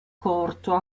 corto